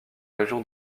région